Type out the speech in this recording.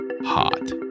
hot